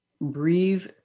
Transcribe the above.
Breathe